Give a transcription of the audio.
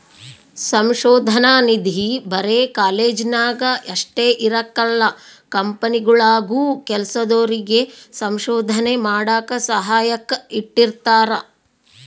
ಸಂಶೋಧನಾ ನಿಧಿ ಬರೆ ಕಾಲೇಜ್ನಾಗ ಅಷ್ಟೇ ಇರಕಲ್ಲ ಕಂಪನಿಗುಳಾಗೂ ಕೆಲ್ಸದೋರಿಗೆ ಸಂಶೋಧನೆ ಮಾಡಾಕ ಸಹಾಯಕ್ಕ ಇಟ್ಟಿರ್ತಾರ